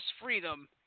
freedom